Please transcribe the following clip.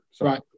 Right